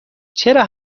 چرا